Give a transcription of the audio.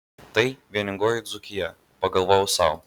tai vieningoji dzūkija pagalvojau sau